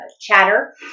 chatter